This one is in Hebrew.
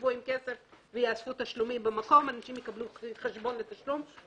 יבוא "בשל עבירה לפי הוראות סעיף 61ו";"